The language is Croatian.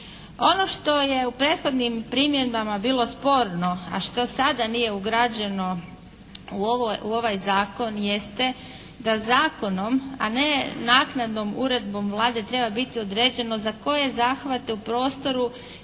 Ono što je u prethodnim primjedbama bilo sporno a što sada nije ugrađeno u ovaj zakon jeste da zakonom a ne naknadnom uredbom Vlade treba biti određeno za koje zahvate u prostoru